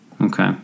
Okay